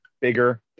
bigger